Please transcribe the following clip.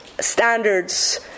standards